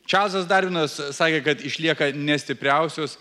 čarlzas darvinas sakė kad išlieka ne stipriausios